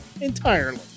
entirely